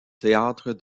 théâtre